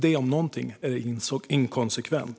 Detta om något är inkonsekvent.